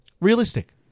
Realistic